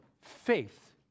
Faith